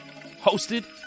hosted